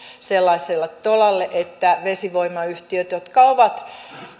sellaiselle tolalle vesivoimayhtiöt jotka ovat